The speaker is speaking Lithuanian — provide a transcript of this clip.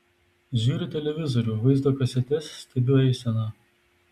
žiūriu televizorių vaizdo kasetes stebiu eiseną